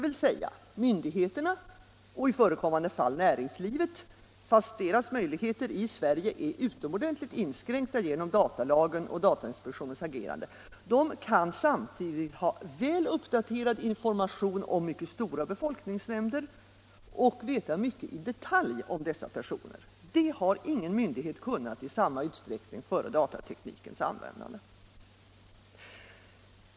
Jag menar att myndigheterna och i förekommande fall näringslivet — ehuru deras möjligheter i Sverige är utomordentligt inskränkta genom datalagen och datainspektionens agerande —- kan samtidigt ha väl uppdaterad information om mycket stora befolkningsmängder och veta mycket i detalj om dessa personer. Det har ingen myndighet kunnat i samma utsträckning innan datatekniken kom till användning.